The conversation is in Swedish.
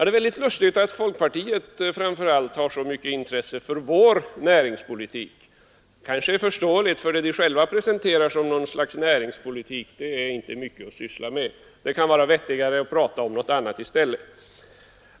Det är lustigt att framför allt folkpartiet har så mycket intresse för vår näringspolitik, men det är kanske förståeligt, för det man själv presente rar som något slags näringspolitik är inte mycket att syssla med. Det kan vara vettigare att prata om något annat i stället.